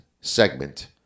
segment